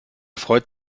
freut